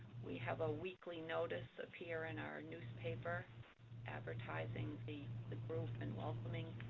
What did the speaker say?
we have a weekly notice appear in our newspaper advertising the the group and welcoming